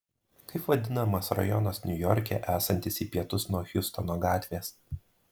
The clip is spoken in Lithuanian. kaip vadinamas rajonas niujorke esantis į pietus nuo hjustono gatvės